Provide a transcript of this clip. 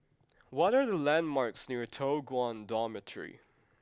what are the landmarks near Toh Guan Dormitory